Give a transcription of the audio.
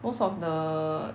most of the